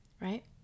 right